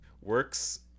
works